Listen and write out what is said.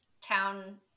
town